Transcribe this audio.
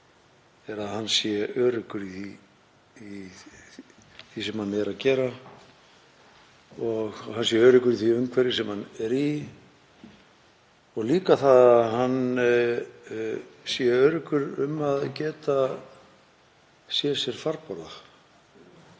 er að hann sé öruggur í því sem hann er að gera og hann sé öruggur í því umhverfi sem hann er í og líka að hann sé öruggur um að geta séð sér farborða,